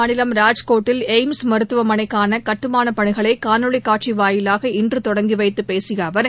மாநிலம் ராஜ்கோட்டில் எய்ம்ஸ் மருத்துவமனைக்கானகட்டுமானப் பணிகளைகாணொலிக்க குஜராத் காட்சிவாயிலாக இன்றதொடங்கிவைத்தபேசியஅவர்